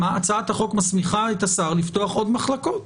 הצעת החוק מסמיכה את השר לפתוח עוד מחלקות.